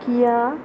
Kia